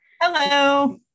hello